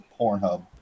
Pornhub